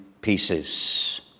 pieces